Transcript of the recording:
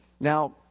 Now